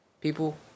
people